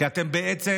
כי אתם בעצם